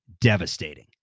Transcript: devastating